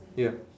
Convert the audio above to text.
ya